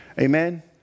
Amen